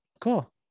Cool